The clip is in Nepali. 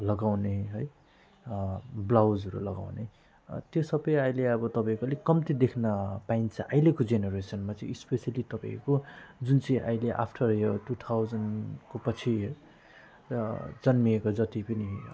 लगाउने है ब्लाउजहरू लगाउने त्यो सबै अहिले अब तपाईँको अलिक कम्ती देख्न पाइन्छ अहिलेको जेनेरेसनमा चाहिँ स्पेसियली तपाईँको जुन चाहिँ अहिले आप्टार इयर टू थाउजन्डको पछि र जन्मिएको जति पनि